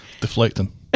Deflecting